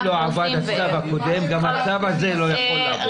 זה לא עבד בסיבוב הקודם וגם עכשיו זה לא יכול לעבוד.